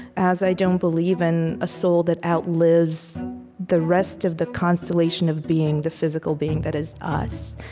as i don't believe in a soul that outlives the rest of the constellation of being, the physical being that is us.